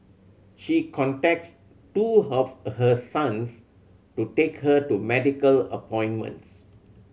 she contacts two of her sons to take her to medical appointments